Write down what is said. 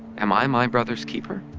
am i my brother's keeper?